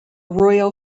royal